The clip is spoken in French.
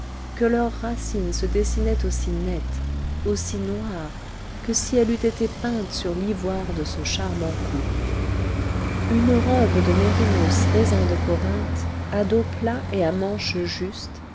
que leur racine se dessinait aussi nette aussi noire que si elle eût été peinte sur l'ivoire de ce charmant cou une robe de mérinos raisin de corinthe à dos plat et à manches justes